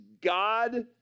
God